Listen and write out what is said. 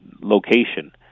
location